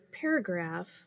paragraph